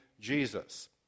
Jesus